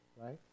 right